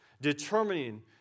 determining